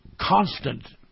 constant